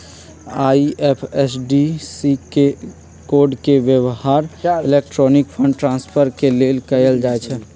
IFSC code के व्यव्हार electronic fund transfer के लेल कएल जाइ छइ